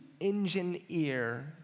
engineer